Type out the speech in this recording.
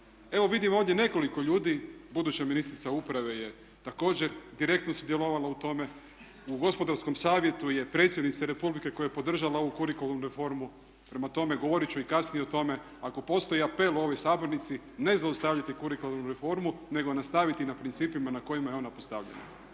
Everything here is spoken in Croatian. Evo vidim ovdje nekoliko ljudi, buduća ministrica uprave je također direktno sudjelovala u tome, u Gospodarskom savjetu je predsjednica Republike koja je podržala ovu kurikularnu reformu. Prema tome, govorit ću i kasnije o tome, ako postoji apel u ovoj sabornici ne zaustaviti kurikularnu reformu nego nastaviti na principima na kojima je ona postavljena.